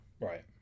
Right